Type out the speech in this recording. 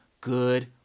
good